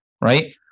right